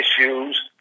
issues